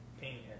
paint